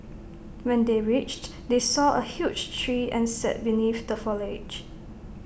when they reached they saw A huge tree and sat beneath the foliage